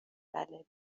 بله